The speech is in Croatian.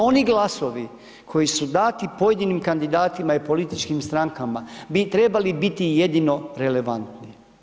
Oni glasovi koji su dati pojedinim kandidatima i političkim strankama bi trebali biti jedino relevantni.